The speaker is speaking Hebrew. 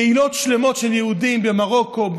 קהילות שלמות של יהודים במרוקו,